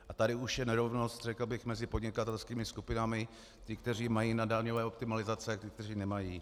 A tady už je nerovnost mezi podnikatelskými skupinami: Ti, kteří mají na daňové optimalizace, a ti, kteří nemají.